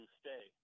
stay